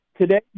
today